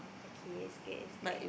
okay it's okay it's okay